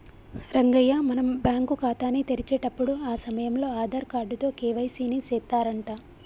రంగయ్య మనం బ్యాంకు ఖాతాని తెరిచేటప్పుడు ఆ సమయంలో ఆధార్ కార్డు తో కే.వై.సి ని సెత్తారంట